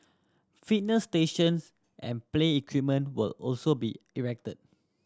fitness stations and play equipment will also be erected